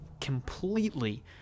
completely—